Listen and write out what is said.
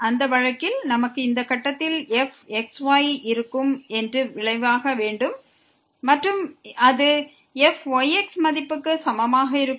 அந்த வழக்கில் நமக்கு இந்த கட்டத்தில் f xy விளைவாக இருக்கும் மற்றும் அது fyx மதிப்புக்கு சமமாக இருக்கும்